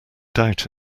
doubt